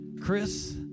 Chris